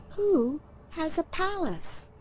who has a palace?